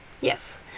Yes